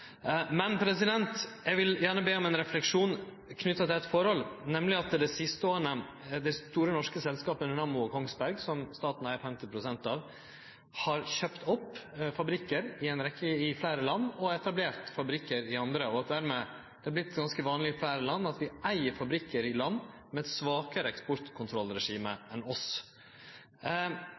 eg vil gjerne be om ein refleksjon knytt til eitt forhold, nemleg at dei siste åra har dei store norske selskapa Nammo og Kongsberg Gruppen, som staten eig 50 pst. av, kjøpt opp fabrikkar i fleire land og etablert fabrikkar i andre land, og at det dermed har vorte ganske vanleg at vi eig fabrikkar i land med eit svakare eksportkontrollregime enn hos oss.